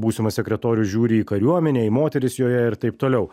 būsimas sekretorius žiūri į kariuomenę į moteris joje ir taip toliau